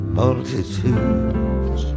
multitudes